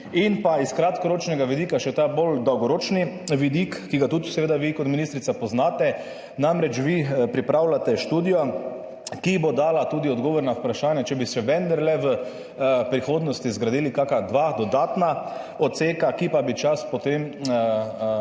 Od kratkoročnega vidika še k bolj dolgoročnemu vidiku, ki ga tudi vi kot ministrica poznate. Namreč, vi pripravljate študijo, ki bo dala tudi odgovor na vprašanje, ali bi se vendarle v prihodnosti zgradila kakšna dva dodatna odseka, ki bi potem čas